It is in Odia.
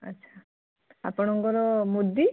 ଆଚ୍ଛା ଆପଣଙ୍କର ମୁଦି